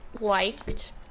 liked